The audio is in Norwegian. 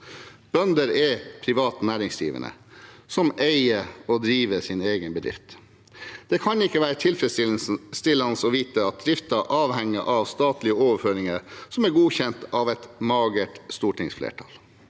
Bønder er private næringsdrivende som eier og driver sin egen bedrift. Det kan ikke være tilfredsstillende å vite at driften avhenger av statlige overføringer som er godkjent av et magert stortingsflertall,